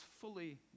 fully